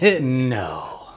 No